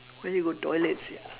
want go toilet sia